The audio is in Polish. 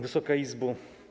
Wysoka Izbo!